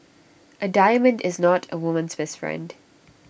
A diamond is not A woman's best friend